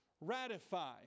ratify